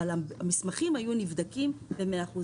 אבל המסמכים היו נבדקים ב-100%.